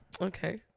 Okay